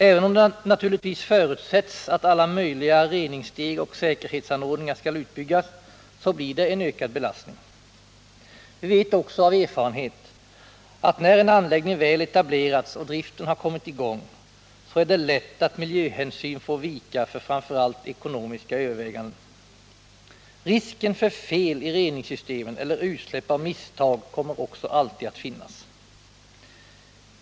Även om det naturligtvis förutsätts att alla möjliga reningssteg och säkerhetsanordningar skall utbyggas blir det en ökad belastning. Vi vet också av erfarenhet att när en anläggning väl etablerats och driften har kommit i gång är det lätt att miljöhänsyn får vika för framför allt ekonomiska överväganden. Risk för fel i reningssystemen eller utsläpp av misstag kommer också alltid att finnas.